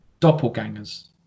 doppelgangers